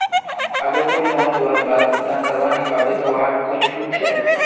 अगर कोई लोन लुबार बाद भुगतान करवा नी पाबे ते वहाक कोई छुट छे?